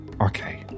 okay